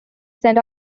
sent